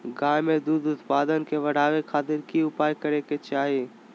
गाय में दूध उत्पादन के बढ़ावे खातिर की उपाय करें कि चाही?